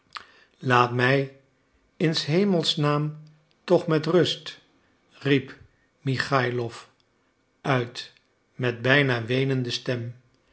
laat mij in s hemelsnaam toch met rust riep michaïlof uit met bijna weenende stem